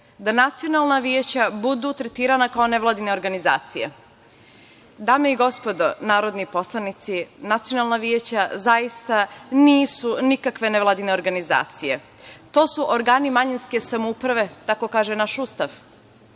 da nacionalna veća budu tretirana kao nevladine organizacije. Dame i gospodo narodni poslanici, nacionalna veća zaista nisu nikakve nevladine organizacije, to su organi manjinske samouprave, tako kaže naš Ustav.